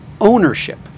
ownership